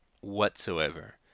whatsoever